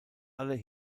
alle